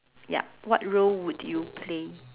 yup what role would you play